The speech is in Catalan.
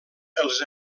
els